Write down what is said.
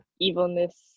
evilness